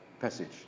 passage